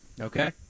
Okay